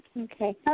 Okay